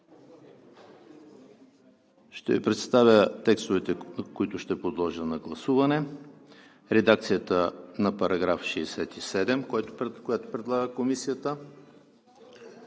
Ще Ви представя текстовете, които ще подложа на гласуване: редакцията на § 67, която предлага Комисията;